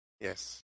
Yes